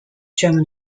german